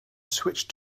switch